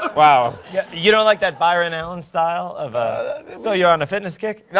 ah wow. yeah you don't like that byron allen style of ah so you're on a fitness kick? no,